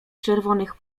czerwonych